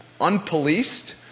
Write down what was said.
unpoliced